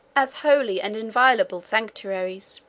as holy and inviolable sanctuaries.